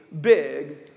big